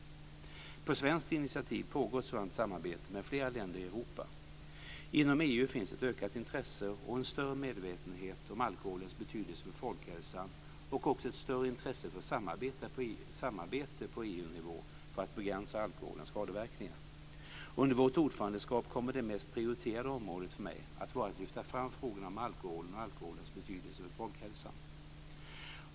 På svenskt initiativ pågår ett sådant samarbete med flera länder i Europa. Inom EU finns ett ökat intresse och en större medvetenhet om alkoholens betydelse för folkhälsan och också ett större intresse för samarbete på EU-nivå för att begränsa alkoholens skadeverkningar. Under vårt ordförandeskap kommer det mest prioriterade området för mig att vara att lyfta fram frågorna om alkoholen och alkoholens betydelse för folkhälsan.